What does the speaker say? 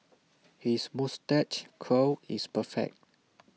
his moustache curl is perfect